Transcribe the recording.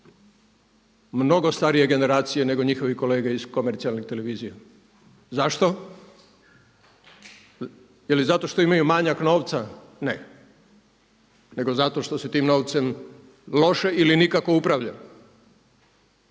mnogo starije generacije nego njihovi kolege iz komercijalnih televizija. Zašto? Je li zato što imaju manjak novca? Ne, nego zato što se tim novcem loše ili nikako upravlja.